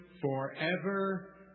forever